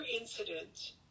incident